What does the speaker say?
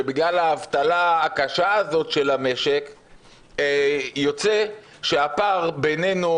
בגלל האבטלה הקשה הזאת של המשק יוצא שהפער בינינו